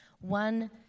one